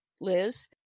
Liz